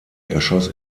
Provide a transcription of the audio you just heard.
erschoss